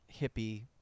hippie